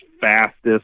fastest